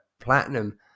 platinum